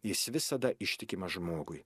jis visada ištikimas žmogui